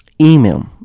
Email